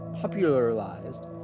popularized